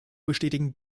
bestätigen